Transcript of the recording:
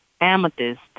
amethyst